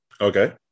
Okay